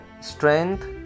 strength